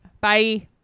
bye